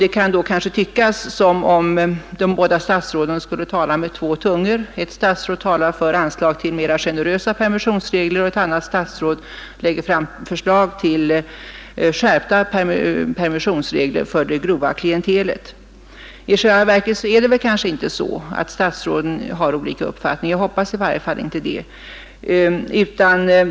Det kan då kanske tyckas som om de båda statsråden skulle ha skilda uppfattningar, nämligen så att ett statsråd talar för generösare permissionsregler medan ett annat statsråd lägger fram förslag till skärpta permissionsregler för det grova klientelet. I själva verket är det kanske inte så att statsråden har olika uppfattningar. Jag hoppas i varje fall inte det.